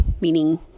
meaning